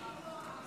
נוכח,